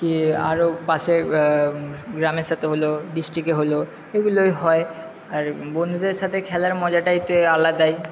কী আরো পাশের গ্রামের সাথে হল ডিস্টিক্টে হল এগুলোই হয় আর বন্ধুদের সাথে খেলার মজাটাই তো এ আলাদাই